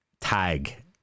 tag